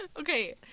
Okay